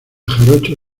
jarocho